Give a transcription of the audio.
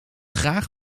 graag